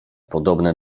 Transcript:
podobne